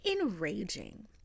enraging